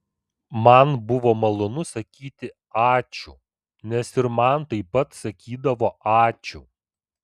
man buvo malonu sakyti ačiū nes ir man taip pat sakydavo ačiū